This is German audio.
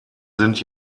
sind